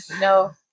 No